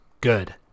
good